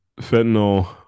fentanyl